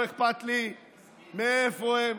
לא אכפת לי מאיפה הם.